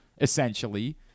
essentially